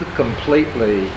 completely